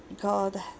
God